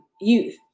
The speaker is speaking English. youth